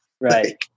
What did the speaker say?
Right